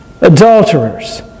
Adulterers